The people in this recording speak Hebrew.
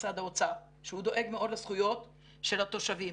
משרד האוצר שהוא דואג מאוד לזכויות של התושבים.